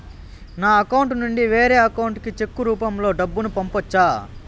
నా అకౌంట్ నుండి వేరే అకౌంట్ కి చెక్కు రూపం లో డబ్బును పంపొచ్చా?